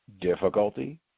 difficulty